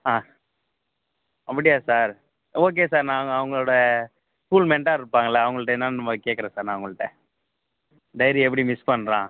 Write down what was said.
ஆ அப்படியா sir okay sir நான் அவங்களோட ஸ்கூல்மெட்டாக இருப்பாங்கள்ல அவங்கள்ட்ட என்னன்னு கேக்கிறேன் சார் நான் அவங்கள்ட்ட டைரி எப்படி மிஸ் பண்ணுறான்